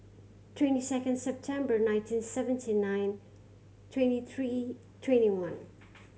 twenty second September nineteen seventy nine twenty three twenty one